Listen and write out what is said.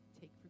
take